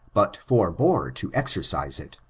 but forbore to exercise it.